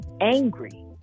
angry